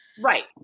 Right